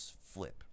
flip